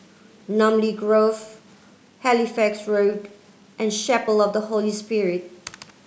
Namly Grove Halifax Road and Chapel of the Holy Spirit